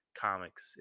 comics